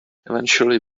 eventually